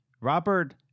Robert